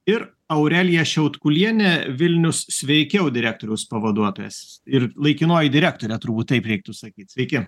ir aurelija šiautkulienė vilnius sveikiau direktoriaus pavaduotoja ir laikinoji direktorė turbūt taip reiktų sakyt sveiki